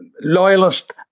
loyalist